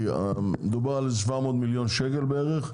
כי דובר על 700 מיליון שקל בערך,